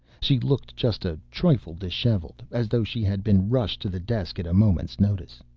she looked just a trifle disheveled as though she had been rushed to the desk at a moment's notice.